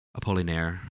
Apollinaire